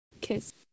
Kiss